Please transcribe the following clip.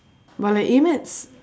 but like A maths